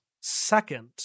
Second